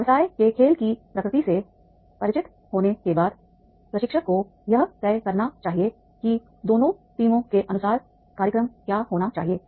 व्यवसाय के खेल की प्रकृति से परिचित होने के बाद प्रशिक्षक को यह तय करना चाहिए कि दोनों टीमों के अनुसार कार्यक्रम क्या होना चाहिए